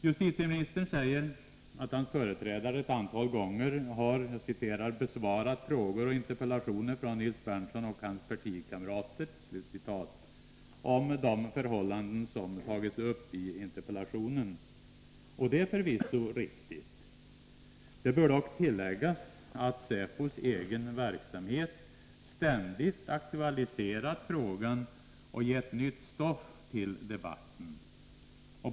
Justitieministern säger att hans företrädare ett antal gånger har ”besvarat frågor och interpellationer från Nils Berndtson och hans partikamrater” om de förhållanden som tagits upp i interpellationen. Det är förvisso riktigt. Det bör dock tilläggas att säpos egen verksamhet ständigt aktualiserat frågan och gett nytt stoff till debatten.